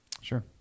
sure